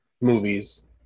movies